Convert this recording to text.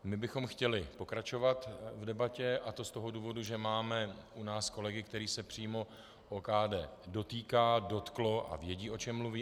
My bychom chtěli pokračovat v debatě, a to z toho důvodu, že máme u nás kolegy, kterých se přímo OKD dotýká, dotklo a vědí, o čem mluví.